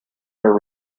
are